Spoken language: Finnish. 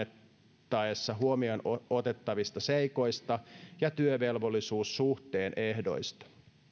annettaessa huomioon otettavista seikoista ja työvelvollisuussuhteen ehdoista